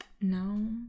No